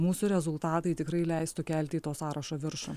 mūsų rezultatai tikrai leistų kelti į to sąrašo viršų